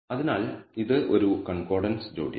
അതിനാൽ ഇത് ഒരു കോൺകോർഡന്റ് ജോഡിയാണ്